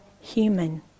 human